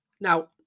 Now